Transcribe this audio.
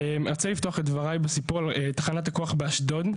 אני רוצה לפתוח את דבריי בסיפור על תחנת הכוח באשדוד.